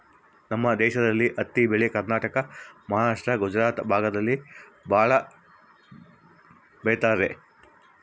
ನಮ್ ದೇಶದಲ್ಲಿ ಹತ್ತಿ ಬೆಳೆ ಕರ್ನಾಟಕ ಮಹಾರಾಷ್ಟ್ರ ಗುಜರಾತ್ ಭಾಗದಲ್ಲಿ ಭಾಳ ಬೆಳಿತರೆ